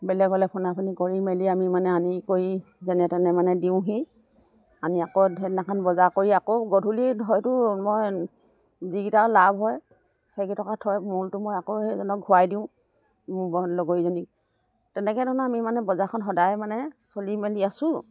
বেলেগলে ফুনাফুনি কৰি মেলি আমি মানে আনি কৰি যেনে তেনে মানে দিওঁহি আনি আকৌ সেইদিনাখন বজাৰ কৰি আকৌ গধূলি হয়তো মই যিকেইটা লাভ হয় সেইকেইটকা থৈ মূলটো মই আকৌ সেইজনক ঘূৰাই দিওঁ তেনেকে ধৰণে আমি মানে বজাৰখন সদায় মানে চলি মেলি আছোঁ